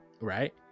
right